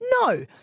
No